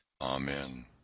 Amen